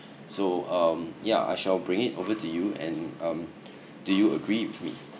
so um yeah I shall bring it over to you and um do you agree with me